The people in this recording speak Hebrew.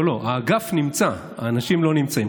לא, לא, האגף נמצא, האנשים לא נמצאים.